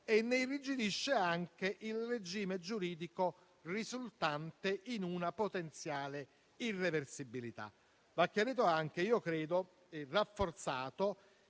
che ne irrigidisce anche il regime giuridico risultante in una potenziale irreversibilità. Va anche chiarito e rafforzato